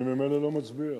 אני ממילא לא מצביע.